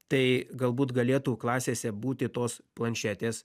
tai galbūt galėtų klasėse būti tos planšetės